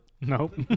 Nope